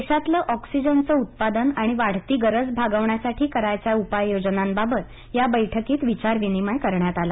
देशातलं ऑक्सिजनचं उत्पादन आणि वाढती गरज भागवण्यासाठी करायच्या उपाययोजनांबाबत या बैठकीत विचारविनिमय करण्यात आला